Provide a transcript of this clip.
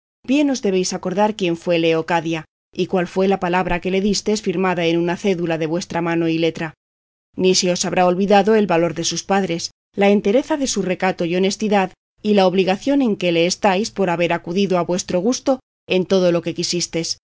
bien os debéis acordar quién fue leocadia y cuál fue la palabra que le distes firmada en una cédula de vuestra mano y letra ni se os habrá olvidado el valor de sus padres la entereza de su recato y honestidad y la obligación en que le estáis por haber acudido a vuestro gusto en todo lo que quisistes